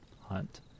hunt